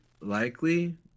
likely